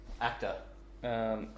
Actor